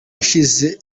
yashyize